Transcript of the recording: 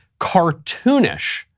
cartoonish